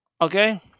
Okay